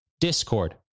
Discord